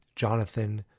Jonathan